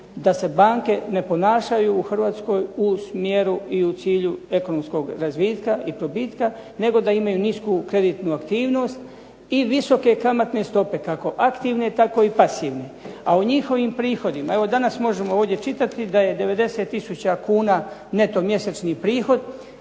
da se banke ne ponašaju u Hrvatskoj u smjeru i u cilju ekonomskog razvitka i probitka, nego da imaju nisku kreditnu aktivnost i visoke kamatne stope kako aktivne tako i pasivne. A u njihovim prihodima, evo danas možemo ovdje čitati da je 90 tisuća kuna neto mjesečni prihod,